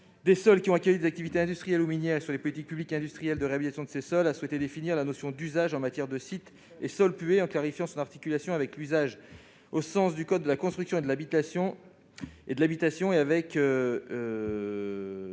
des sols qui ont accueilli des activités industrielles ou minières et sur les politiques publiques et industrielles de réhabilitation de ces sols a souhaité définir la notion d'« usage » en matière de sites et sols pollués, en clarifiant son articulation avec l'« usage » au sens du code de la construction et de l'habitation et avec